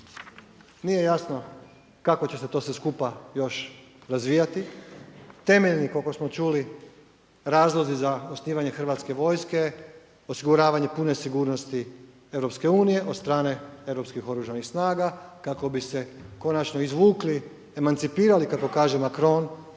Nije jasno kako će se sve to skupa razvijati, temeljni koliko smo čuli razlozi za osnivanje hrvatske vojske osiguravanje pune sigurnosti EU od strane europskih oružanih snaga kako bi se konačno izvukli, emancipirali kako kaže Macron